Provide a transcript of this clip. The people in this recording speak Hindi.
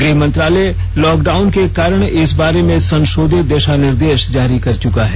गृह मंत्रालय लॉकडाउन के कारणइस बारे में संशोधित दिशा निर्देश जारी कर चुका है